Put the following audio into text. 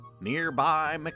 nearby